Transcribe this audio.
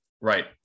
right